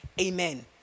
Amen